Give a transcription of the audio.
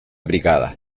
brigada